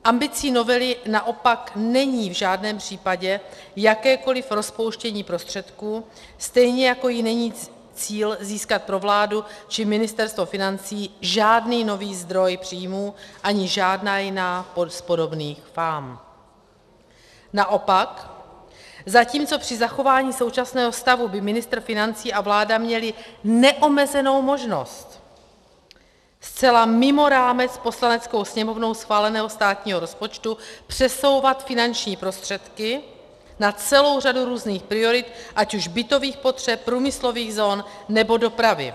Ambicí novely naopak není v žádném případě jakékoli rozpouštění prostředků, stejně jako jí není cíl získat pro vládu či Ministerstvo financí žádný nový zdroj příjmů ani žádná jiná z podobných fám, naopak, zatímco při zachování současného stavu by ministr financí a vláda měli neomezenou možnost zcela mimo rámec Poslaneckou sněmovnou schváleného státního rozpočtu přesouvat finanční prostředky na celou řadu různých priorit, ať už bytových potřeb, průmyslových zón, nebo dopravy.